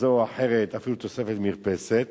כזאת או אחרת, אפילו תוספת מרפסת.